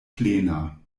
plena